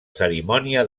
cerimònia